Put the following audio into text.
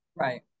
Right